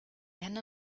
henne